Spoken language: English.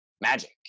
magic